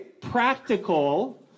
practical